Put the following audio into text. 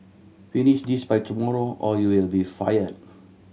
finish this by tomorrow or you will be fired